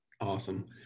Awesome